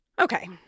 okay